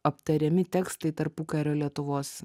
aptariami tekstai tarpukario lietuvos